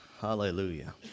Hallelujah